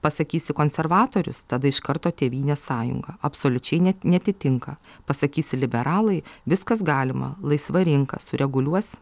pasakysi konservatorius tada iš karto tėvynės sąjunga absoliučiai ne neatitinka pasakysi liberalai viskas galima laisva rinka sureguliuos